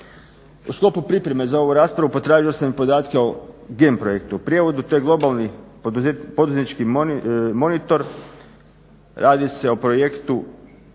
U sklopu pripreme za ovu raspravu potražio sam podatke o GEM projektu. U prijevodu to je globalni poduzetnički monitor, radi se o